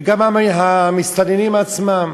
וגם המסתננים עצמם.